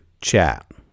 chat